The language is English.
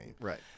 Right